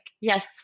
yes